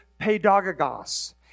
pedagogos